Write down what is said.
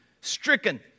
stricken